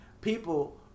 people